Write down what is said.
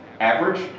average